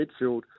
midfield